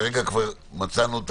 שמענו את